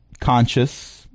conscious